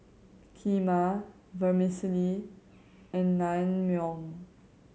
Kheema Vermicelli and Naengmyeon